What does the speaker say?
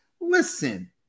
Listen